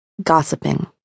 Gossiping